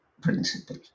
principle